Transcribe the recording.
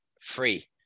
free